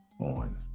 on